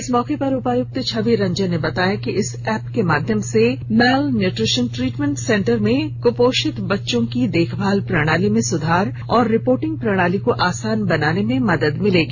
इस मौके पर उपायुक्त छवि रंजन ने बताया कि इस ऐप के माध्यम से माँल न्यूट्रिशन ट्रीटमेंट सेंटर में कुपोषित बच्चों की देखभाल प्रणाली में सुधार और रिपोर्टिंग प्रणाली को आसान बनाने में मदद मिलेगी